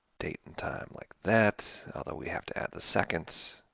date and time like that, although we have to add the seconds.